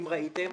אם ראיתם,